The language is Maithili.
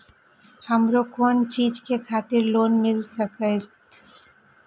हमरो कोन चीज के खातिर लोन मिल संकेत?